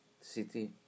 city